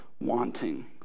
wanting